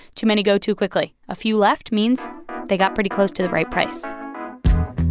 too many go too quickly. a few left means they got pretty close to the right price